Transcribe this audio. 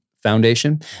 Foundation